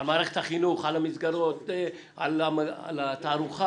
מערכת החינוך, על המסגרות, על התערוכה?